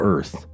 Earth